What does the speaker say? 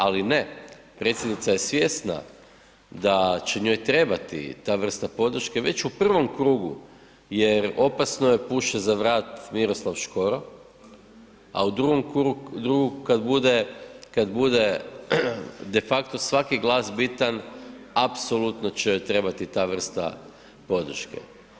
Ali ne, predsjednica je svjesna da će njoj trebati ta vrsta podrške već u prvom krugu jer opasno joj puše za vrat Miroslav Škoro a u drugom krugu kad bude de facto svaki glas bitan, apsolutno će joj trebati ta vrsta podrške.